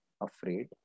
afraid